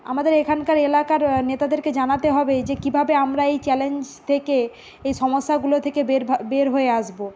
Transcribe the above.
আমাদের এখানকার এলাকার নেতাদেরকে জানাতে হবে যে কীভাবে আমরা এই চ্যালেঞ্জ থেকে এই সমস্যাগুলো থেকে বের ভা বের হয়ে আসবো